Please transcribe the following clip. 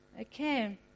Okay